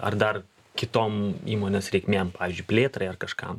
ar dar kitoms įmonės reikmėm pavyzdžiui plėtrai ar kažkam